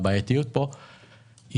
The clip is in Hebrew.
הבעייתיות פה,